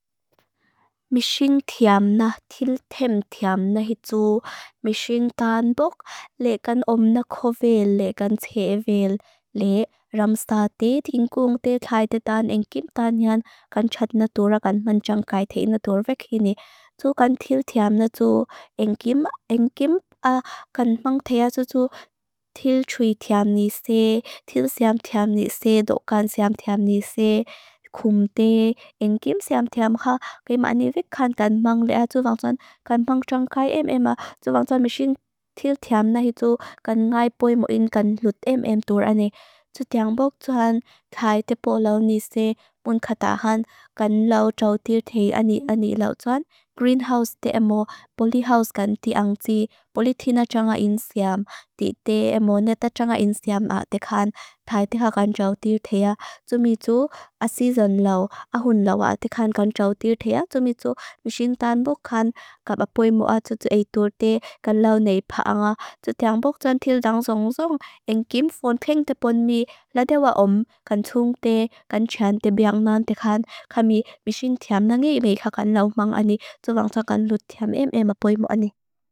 Mixing tiamna, til tem tiamna hitu. Mixing tán bok le kan omnakóvel, le kan tsevel, le ramstate, tingúngte, taite tán engkim tanyan kan chatna tóra kan manchang kaite ina tóra bekini. Tó kan til tiamna tó engkim kan mang tea tó tó til chui tiamni se, til seam tiamni se, lókan seam tiamni se, khumte, engkim seam tiamkha. Mixing tiamna hitu kan ngay boi moin kan lut em em tóra ane. Se tiang bok chan til dang song song, engkim fon peng te pon mi, le dewa om, kan chung te, kan chan te biang nan te khan, kami mixing tiamna ngay meikha kan lau mang ane, se lang chan kan lut tiam em em a boi mo ane.